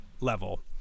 level